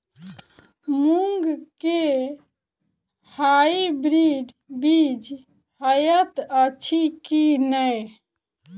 मूँग केँ हाइब्रिड बीज हएत अछि की नै?